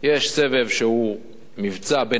יש סבב שהוא מבצע בינוני,